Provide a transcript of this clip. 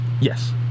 yes